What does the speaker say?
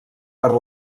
per